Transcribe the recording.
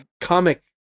comic